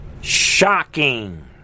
Shocking